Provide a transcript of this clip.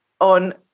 on